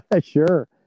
sure